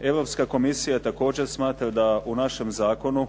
Europska komisija također smatra da u našem zakonu